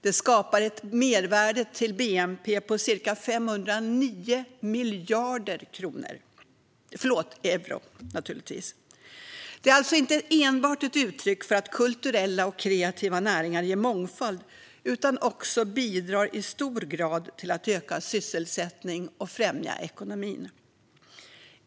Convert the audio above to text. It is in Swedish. Det skapar ett mervärde till bnp på ca 509 miljarder euro. Det är alltså inte enbart ett uttryck för att kulturella och kreativa näringar ger mångfald, utan de bidrar även i hög grad till att öka sysselsättningen och främja ekonomin.